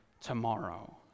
tomorrow